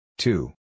Two